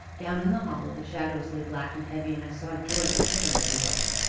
down in the hollow the shadows lay black and heavy, and i saw george shiver as he looked.